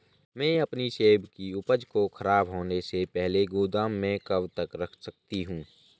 मैं अपनी सेब की उपज को ख़राब होने से पहले गोदाम में कब तक रख सकती हूँ?